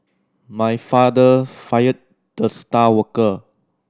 my father fired the star worker